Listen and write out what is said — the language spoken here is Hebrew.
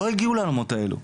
לא הגיעו לעולמות האלו,